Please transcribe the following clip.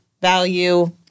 value